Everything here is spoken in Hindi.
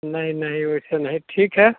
नहीं नहीं वैसे नहीं ठीक है